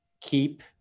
keep